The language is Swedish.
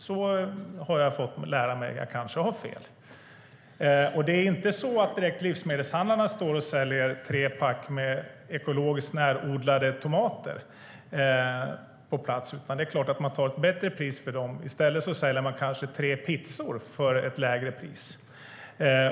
Så har jag fått lära mig, men jag kanske har fel. Livsmedelshandlarna står inte direkt och säljer trepack med ekologiskt närodlade tomater, utan det är klart att de tar ett bättre pris för dem. I stället säljer de kanske tre pizzor för ett lägre pris.